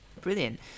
brilliant